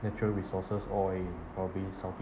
natural resources oil in probably south